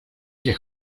que